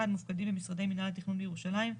מופקדים במשרדי מינהל התכנון בירושלים,